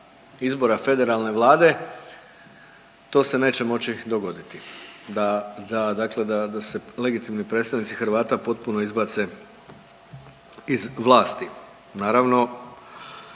izbora federalne vlade to se neće moći dogoditi da, da, dakle da, da se legitimni predstavnici Hrvata potpuno izbace iz vlasti, naravno